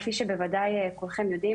כפי שבוודאי כולכם יודעים,